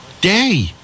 day